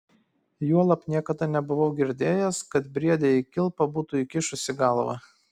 juolab niekada nebuvau girdėjęs kad briedė į kilpą būtų įkišusi galvą